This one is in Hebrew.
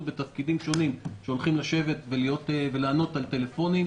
בתפקידים שונים שהולכים לענות על טלפונים.